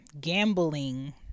gambling